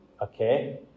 Okay